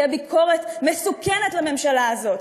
כי הביקורת מסוכנת לממשלה הזאת,